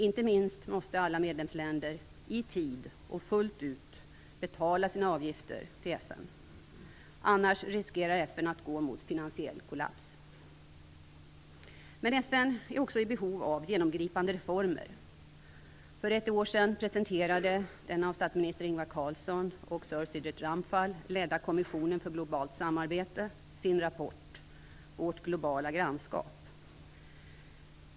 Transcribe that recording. Inte minst måste alla medlemsländerna i tid och fullt ut betala sina avgifter till FN. Annars riskerar FN att gå mot finansiell kollaps. Men FN är också i behov av genomgripande reformer. För ett år sedan presenterade den av statsminister Ingvar Carlsson och Sir Shridath Ramphal ledda Kommissionen för globalt samarbete sin rapport Vårt globala grannskap.